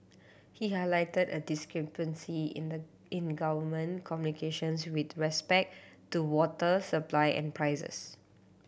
he highlighted a discrepancy in the in government communications with respect to water supply and prices